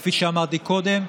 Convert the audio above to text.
כפי שאמרתי קודם,